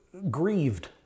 grieved